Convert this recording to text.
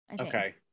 okay